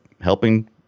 helping